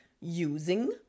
using